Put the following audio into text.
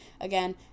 again